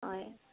হয়